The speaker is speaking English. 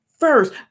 First